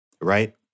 right